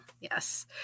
Yes